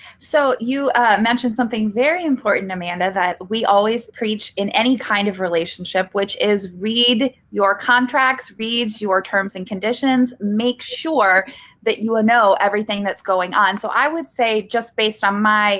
so you mentioned something very important, amanda, that we always preach in any kind of relationship, which is read your contracts, read your terms and conditions, make sure that you ah know everything that's going on. so i would say, just based on my